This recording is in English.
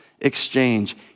exchange